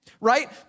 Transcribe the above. right